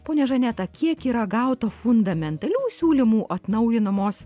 ponia žaneta kiek yra gauta fundamentalių siūlymų atnaujinamos